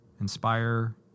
inspire